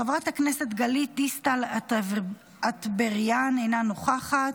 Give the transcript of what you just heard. חברת הכנסת גלית דיסטל אטבריאן, אינה נוכחת,